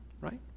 right